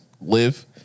live